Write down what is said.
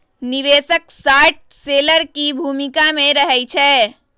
निवेशक short seller की भूमिका में रहइ छै